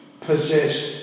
possess